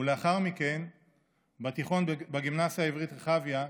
ולאחר מכן בתיכון, בגימנסיה העברית רחביה,